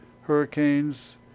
hurricanes